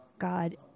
God